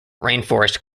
rainforest